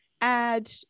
add